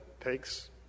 takes